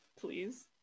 Please